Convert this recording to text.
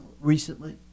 recently